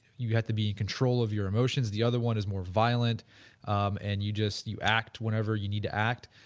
you you had to be control of your emotions. the other one is more violent um and you just, you act whenever you need act.